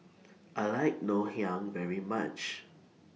I like Ngoh Hiang very much